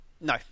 No